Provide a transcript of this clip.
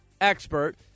expert